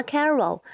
Carol